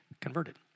converted